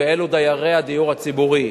ואלו דיירי הדיור הציבורי.